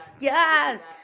Yes